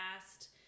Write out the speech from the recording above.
last